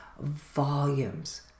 volumes